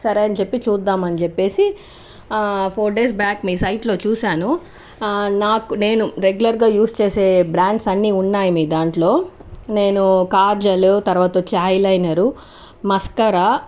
సరే అని చెప్పి చూద్దాం అని చెప్పేసి ఫోర్ డేస్ బ్యాక్ మీ సైట్ లో చూశాను నాకు నేను రెగ్యులర్ గా యూజ్ చేసే బ్రాండ్స్ అన్నీ ఉన్నాయి మీ దాంట్లో నేను కాజలు తర్వాత వచ్చి ఐ లైనరు మస్కార